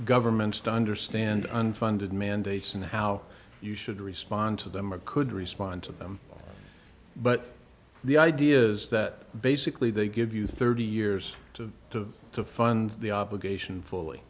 governments to understand unfunded mandates and how you should respond to them or could respond to them but the idea is that basically they give you thirty years to fund the obligation fully